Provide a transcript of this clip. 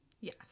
Yes